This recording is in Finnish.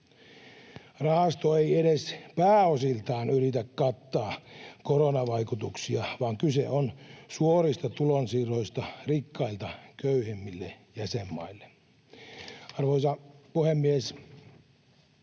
Rahasto ei edes pääosiltaan yritä kattaa koronavaikutuksia, vaan kyse on suorista tulonsiirroista rikkailta köyhemmille jäsenmaille. Arvoisa puhemies!